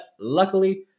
luckily